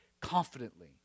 confidently